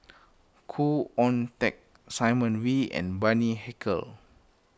Khoo Oon Teik Simon Wee and Bani Haykal